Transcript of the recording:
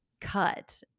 cut